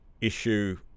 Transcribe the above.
issue